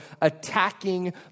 attacking